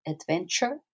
adventure